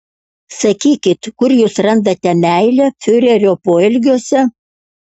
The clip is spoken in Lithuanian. sakykit kur jūs randate meilę fiurerio poelgiuose